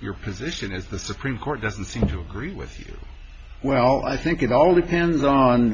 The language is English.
your position is the supreme court doesn't seem to agree with you well i think it all depends on